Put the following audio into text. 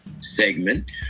segment